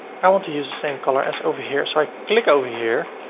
i want to use the same color as over here. so i click over here,